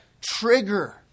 trigger